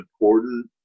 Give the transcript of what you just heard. important